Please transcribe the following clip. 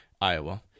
Iowa